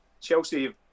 Chelsea